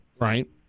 right